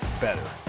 better